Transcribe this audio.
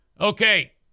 Okay